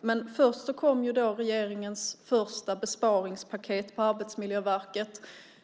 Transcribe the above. Men först kom regeringens första besparingspaket på Arbetsmiljöverket.